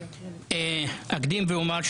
אקדים ואומר,